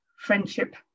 friendship